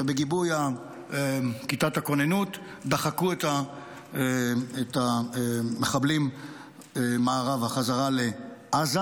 ובגיבוי כיתת הכוננות דחקו את המחבלים מערבה בחזרה לעזה